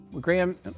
Graham